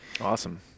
Awesome